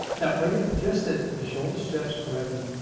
now, when you've adjusted the shoulder straps correctly,